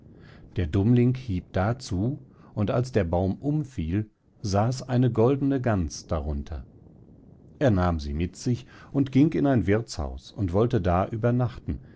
der dummling hieb da zu und als der baum umfiel saß eine goldene gans darunter er nahm sie mit sich und ging in ein wirthshaus und wollte da übernachten